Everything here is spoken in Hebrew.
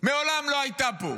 שמעולם לא הייתה פה,